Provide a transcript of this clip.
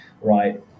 right